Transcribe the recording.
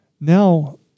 Now